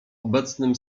obecnym